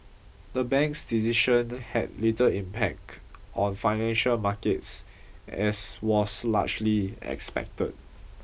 the bank's decision had little impact on financial markets as was largely expected